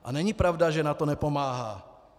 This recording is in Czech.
A není pravda, že NATO nepomáhá.